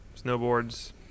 snowboards